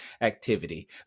activity